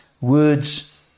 words